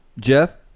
Jeff